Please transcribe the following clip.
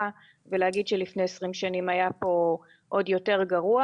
ולהגיד שלפני עשרים שנים היה פה עוד יותר גרוע.